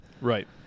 right